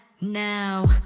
now